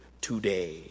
today